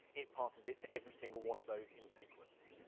it passes it to every single one of those in sequence.